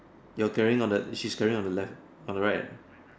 you are carrying on the she's carrying on the left on the right